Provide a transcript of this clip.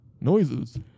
Noises